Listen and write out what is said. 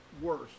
worse